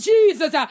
Jesus